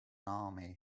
army